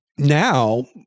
Now